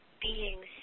beings